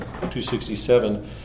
267